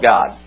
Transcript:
God